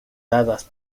dadas